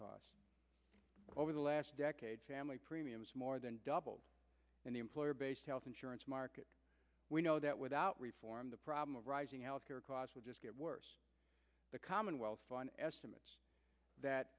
costs over the last decade family premiums more than double in the employer based health insurance market we know that without reform the problem of rising health care costs will just get worse the commonwealth estimates